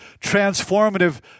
transformative